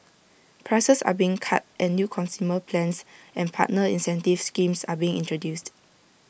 prices are being cut and new consumer plans and partner incentive schemes are being introduced